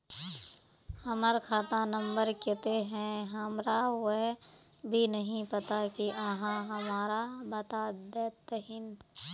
हमर खाता नम्बर केते है हमरा वो भी नहीं पता की आहाँ हमरा बता देतहिन?